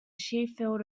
sheffield